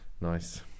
nice